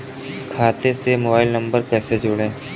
खाते से mobile number कैसे जोड़ें?